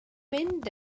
mynd